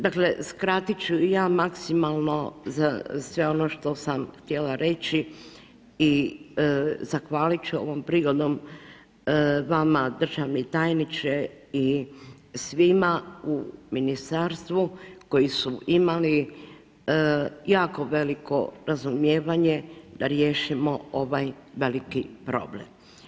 Dakle skratit ću i ja maksimalno za sve ono što sam htjela reći i zahvalit ću ovom prigodom vama državni tajniče i svima u ministarstvu koji su imali jako veliko razumijevanje da riješimo ovaj veliki problem.